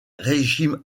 régimes